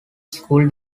school